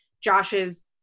Josh's